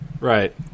Right